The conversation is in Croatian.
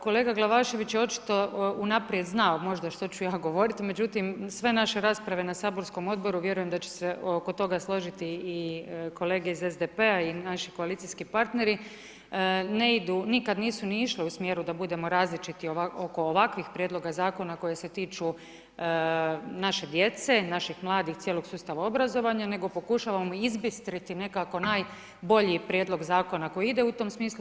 Kolega Glavašević je očito unaprijed znao možda što ću ja govoriti, međutim sve naše rasprave na saborskom odboru vjerujem da će se oko toga složiti i kolege iz SDP-a i naši koalicijski partneri, ne idu, nikada nisu ni išli u smjeru da budemo različiti oko ovakvih prijedloga zakona koje se tiču naše djece, naših mladih i cijelog sustava obrazovanja nego pokušavamo izbistriti nekako najbolji prijedlog zakona koji ide u tom smislu.